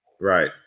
Right